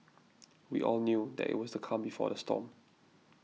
we all knew that it was the calm before the storm